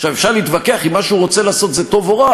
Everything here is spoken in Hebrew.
אפשר להתווכח אם מה שהוא רוצה לעשות זה טוב או רע,